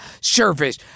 service